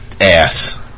ass